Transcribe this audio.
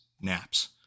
naps